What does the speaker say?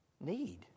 need